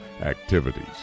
activities